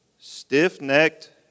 stiff-necked